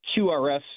QRS